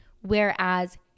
Whereas